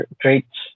traits